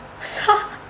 三